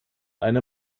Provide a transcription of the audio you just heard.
eine